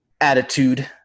attitude